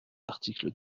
l’article